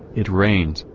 it rains,